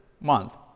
month